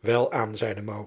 elaan zeide